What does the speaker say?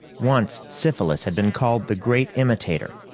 once syphilis had been called the great imitator.